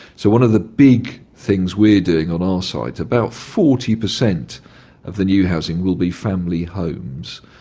so one of the big things we're doing on our site, about forty per cent of the new housing will be family homes,